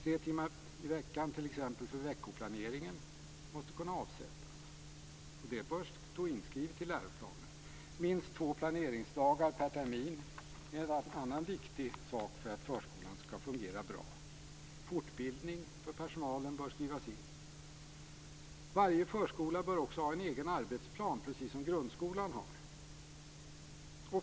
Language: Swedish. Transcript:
Tre timmar i veckan t.ex. för veckoplaneringen måste kunna avsättas. Det bör stå inskrivet i läroplanen. Minst två planeringsdagar per termin är en annan viktig sak för att förskolan skall fungera bra. Fortbildning för personalen bör skrivas in. Varje förskola bör också ha sin egen arbetsplan, precis som grundskolan har.